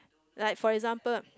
like for example